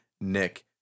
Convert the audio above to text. Nick